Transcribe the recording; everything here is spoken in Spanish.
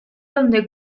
donde